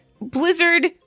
blizzard